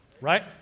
right